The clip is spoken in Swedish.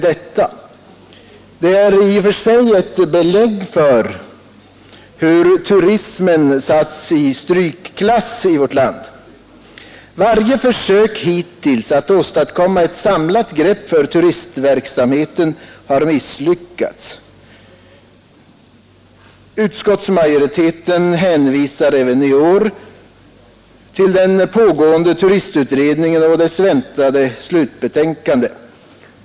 Det är i sig ett belägg för hur turismen satts i strykklass i vårt land. Varje försök hittills att åstadkomma ett samlat grepp för turistverksamheten har misslyckats. Utskottsmajoriteten hänvisar även i år till den pågående turistutredningen och dess väntade slutbetänkande.